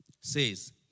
says